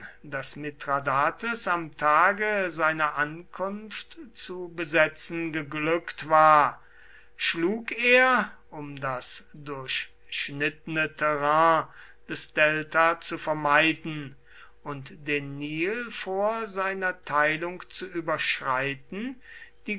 das mithradates am tage seiner ankunft zu besetzen geglückt war schlug er um das durchschnittene terrain des delta zu vermeiden und den nil vor seiner teilung zu überschreiten